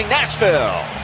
Nashville